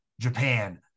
Japan